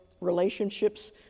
relationships